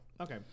okay